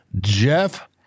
Jeff